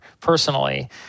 personally